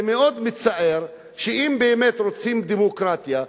זה מאוד מצער שאם באמת רוצים דמוקרטיה,